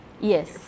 Yes